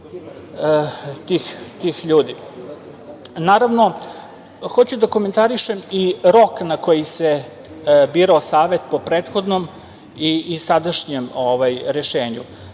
tih ljudi. Naravno, hoću da komentarišem i rok na koji se birao Savet po prethodnom i sadašnjem rešenju.